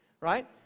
right